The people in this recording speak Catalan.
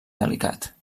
delicat